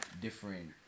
different